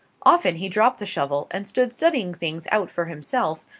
often he dropped the shovel and stood studying things out for himself,